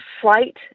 flight